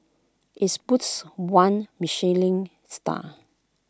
its boasts one Michelin star